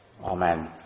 Amen